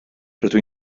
rydw